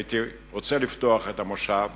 הייתי רוצה לפתוח את המושב